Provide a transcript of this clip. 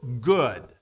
good